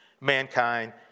mankind